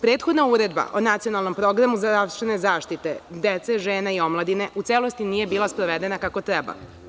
Prethodna Uredba o Nacionalnom programu zdravstvene zaštite dece, žena i omladine u celosti nije bila sprovedena kako treba.